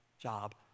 job